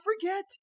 forget